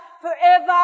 forever